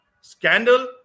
scandal